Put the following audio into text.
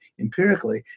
empirically